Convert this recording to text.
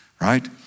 right